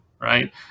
right